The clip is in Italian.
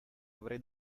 avrei